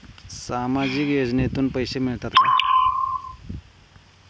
सामाजिक योजनेतून पैसे मिळतात का?